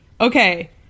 Okay